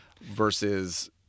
Versus